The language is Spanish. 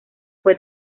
fue